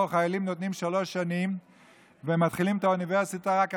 חיילים נותנים שלוש שנים ומתחילים את האוניברסיטה רק אחרי,